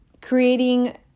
creating